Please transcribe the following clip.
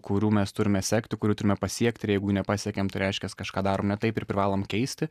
kurių mes turime sekti kurių turime pasiekti ir jeigu jų nepasiekiam tai reiškias kažką darom ne taip ir privalom keisti